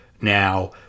Now